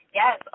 yes